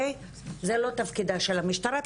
זה לא תפקידה של המשטרה,